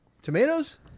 Tomatoes